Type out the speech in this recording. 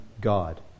God